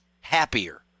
happier